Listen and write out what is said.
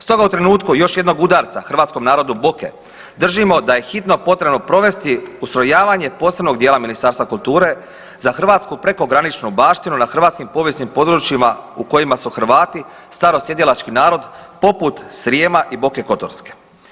Stoga u trenutku još jednog udarca hrvatskom narodu Boke držimo da je hitno potrebno provesti ustrojavanje posebnog dijela Ministarstva kulture za hrvatsku prekograničnu baštinu na hrvatskim povijesnim područjima u kojima su Hrvati starosjedilački narod poput Srijema i Boke kotorske.